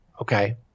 Okay